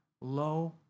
lo